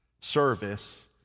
service